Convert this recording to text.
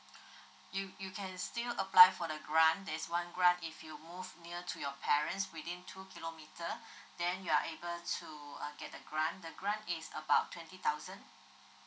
you you can still apply for the grant there's one grant if you move near to your parents within two kilometre then you are able to uh get the grant the grant is about twenty thousand